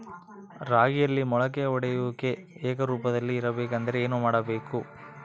ರಾಗಿಯಲ್ಲಿ ಮೊಳಕೆ ಒಡೆಯುವಿಕೆ ಏಕರೂಪದಲ್ಲಿ ಇರಬೇಕೆಂದರೆ ಏನು ಮಾಡಬೇಕು?